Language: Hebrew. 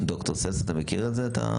ד"ר ססר, אתה מכיר את זה?